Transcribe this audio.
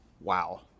wow